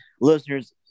listeners